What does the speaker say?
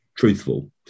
truthful